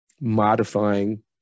modifying